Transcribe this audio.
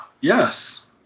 yes